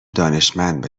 دانشمند